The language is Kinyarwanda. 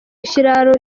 kiraro